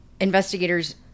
Investigators